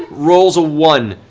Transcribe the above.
rolls a one,